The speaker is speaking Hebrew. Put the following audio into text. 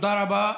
תודה רבה.